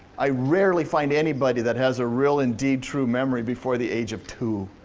i rarely find anybody that has a real indeed true memory before the age of two.